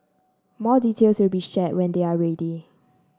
more details will be share when they are ready